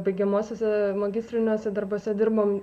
baigiamuosiose magistriniuose darbuose dirbom